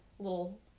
little